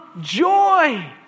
joy